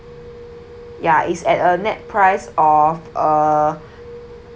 ya is at a nett price of uh